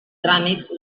tràmit